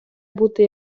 бути